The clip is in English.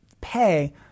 pay